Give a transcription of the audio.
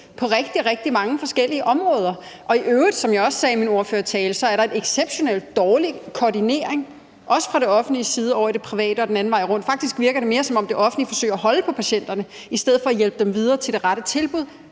rigtig mange forskellige områder. I øvrigt er der, som jeg også sagde i min ordførertale, en exceptionelt dårlig koordinering fra det offentlige over i det private og den anden vej rundt. Faktisk virker det mere, som om det offentlige forsøger at holde på patienterne i stedet for at hjælpe dem videre til det rette tilbud,